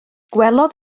gwelodd